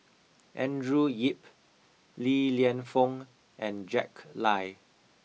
Andrew Yip Li Lienfung and Jack Lai